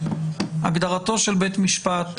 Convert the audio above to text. הגדרתו של בית משפט